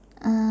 uh